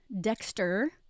dexter